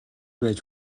байж